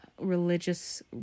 religious